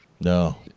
No